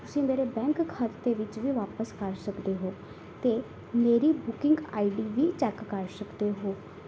ਤੁਸੀਂ ਮੇਰੇ ਬੈਂਕ ਖਾਤੇ ਵਿੱਚ ਵੀ ਵਾਪਸ ਕਰ ਸਕਦੇ ਹੋ ਅਤੇ ਮੇਰੀ ਬੁਕਿੰਗ ਆਈ ਡੀ ਵੀ ਚੈੱਕ ਕਰ ਸਕਦੇ ਹੋ